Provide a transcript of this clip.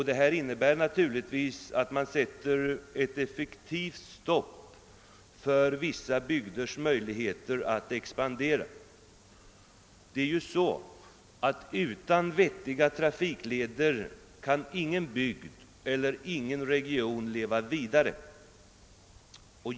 Det innebär naturligtvis att man sätter ett effektivt stopp för vissa bygders möjligheter att expandera. Utan vettiga trafikleder kan ingen bygd eller region leva vidare.